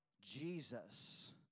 Jesus